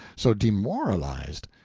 so demoralized.